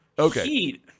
Okay